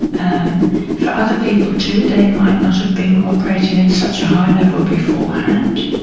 um for other people too, they might not have been operating at such a high level beforehand,